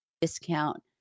discount